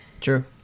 True